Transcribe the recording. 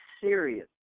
Serious